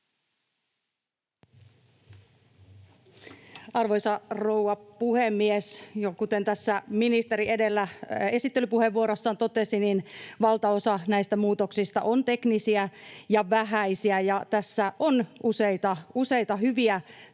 Arvoisa rouva puhemies! Kuten tässä ministeri edellä esittelypuheenvuorossaan jo totesi, valtaosa näistä muutoksista on teknisiä ja vähäisiä. Tässä on useita hyviä